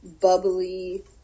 bubbly